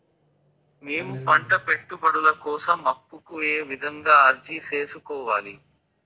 మేము పంట పెట్టుబడుల కోసం అప్పు కు ఏ విధంగా అర్జీ సేసుకోవాలి?